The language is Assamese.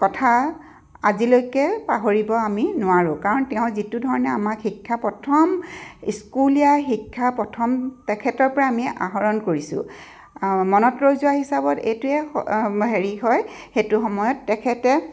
কথা আজিলৈকে পাহৰিব আমি নোৱাৰোঁ কাৰণ তেওঁ যিটো ধৰণে আমাক শিক্ষা প্ৰথম স্কুলীয়া শিক্ষা প্ৰথম তেখেতৰ পৰাই আমি আহৰণ কৰিছোঁ মনত ৰৈ যোৱা হিচাপত এইটোৱে হেৰি হয় সেইটো সময়ত তেখেতে